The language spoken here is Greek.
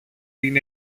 την